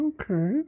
Okay